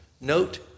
Note